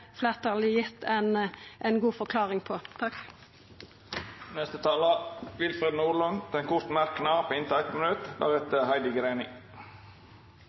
fleirtalet har gitt ei god forklaring på. Representanten Willfred Nordlund har hatt ordet to gonger tidlegare og får ordet til ein kort merknad, avgrensa til 1 minutt.